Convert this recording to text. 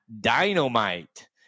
Dynamite